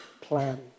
plan